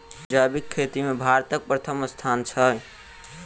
जैबिक खेती मे भारतक परथम स्थान छै